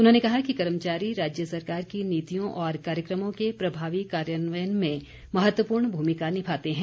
उन्होंने कहा कि कर्मचारी राज्य सरकार की नीतियों और कार्यक्रमों के प्रभावी कार्यान्वयन में महत्वपूर्ण भूमिका निभाते हैं